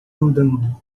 andando